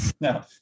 no